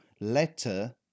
letter